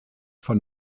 von